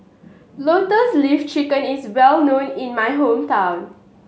Lotus Leaf Chicken is well known in my hometown